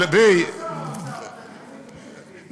למה שר האוצר עושה תקציב דו-שנתי?